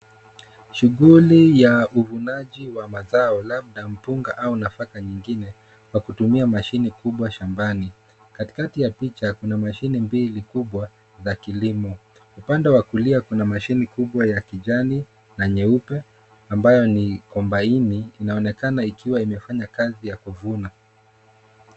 Shughuli ya uvunaji wa mazao, labda mpunga au nafaka nyingine, kwa kutumia mashine kubwa shambani. Katikati ya picha kuna mashine mbili kubwa, za kilimo. Upande wa kulia, kuna mashine kubwa ya kijani na nyeupe, ambayo ni kombaini, inaonekana ikiwa imefanya kazi ya kuvuna.